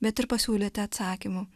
bet ir pasiūlyti atsakymų